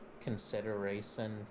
consideration